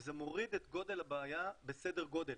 וזה מוריד את גודל הבעיה בסדר גודל.